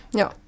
ja